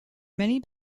many